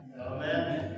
amen